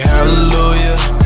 Hallelujah